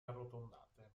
arrotondate